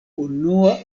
unua